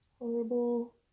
horrible